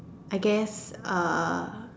I guess uh